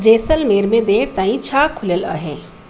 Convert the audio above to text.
जैसलमेर में देरि ताईं छा खुलियलु आहे